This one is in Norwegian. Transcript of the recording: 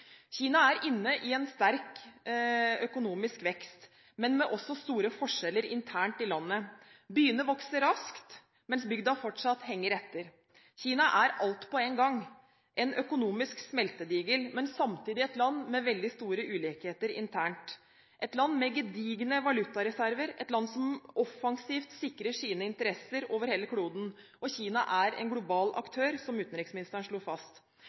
Kina er inne i en sterk økonomisk vekst, men har også store forskjeller internt i landet. Byene vokser raskt, mens bygda fortsatt henger etter. Kina er alt på én gang – en økonomisk smeltedigel, men samtidig et land med store ulikheter internt, et land med gedigne valutareserver, et land som offensivt sikrer sine interesser over hele kloden. Kina er en global aktør, som utenriksministeren slo fast.